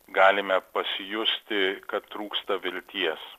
galime pasijusti kad trūksta vilties